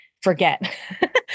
forget